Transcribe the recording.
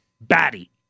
batty